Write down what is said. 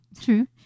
True